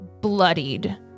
bloodied